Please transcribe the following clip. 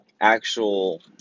actual